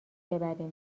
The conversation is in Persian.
ببریم